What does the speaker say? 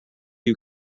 you